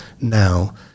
now